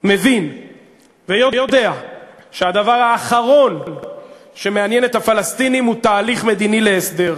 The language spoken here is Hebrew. מבין ויודע שהדבר האחרון שמעניין את הפלסטינים הוא תהליך מדיני להסדר.